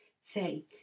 Say